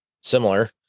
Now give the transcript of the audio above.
similar